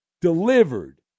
delivered